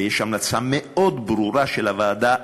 ויש המלצה מאוד ברורה של הוועדה,